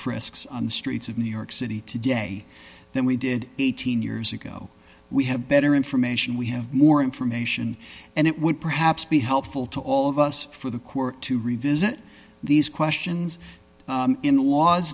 frisks on the streets of new york city today than we did eighteen years ago we have better information we have more information and it would perhaps be helpful to all of us for the court to revisit these questions in laws